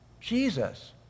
Jesus